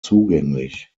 zugänglich